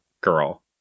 Girl